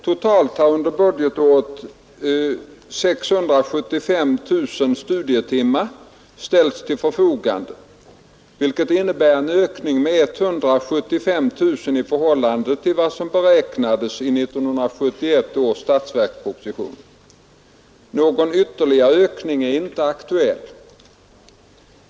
Totalt har under budgetåret 675 000 studietimmar ställts till förfogande, vilket innebär en ökning med 175 000 i förhållande till vad som beräknades i 1972 års statsverksproposition. Någon ytterligare ökning är inte aktuell.